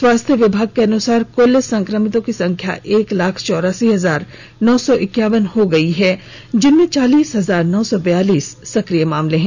स्वास्थ्य विभाग के अनुसार कुल संक्रमितों की संख्या एक लाख चौरासी हजार नौ सौ एक्यावन हो गई है जिनमें चालीस हजार नौ सौ बयालीस सक्रिय मामले हैं